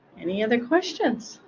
any other questions?